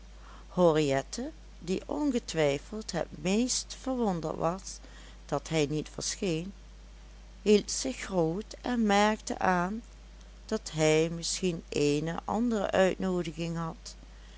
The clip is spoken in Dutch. henriette die ongetwijfeld het meest verwonderd was dat hij niet verscheen hield zich groot en merkte aan dat hij misschien eene andere uitnoodiging had